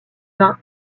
vin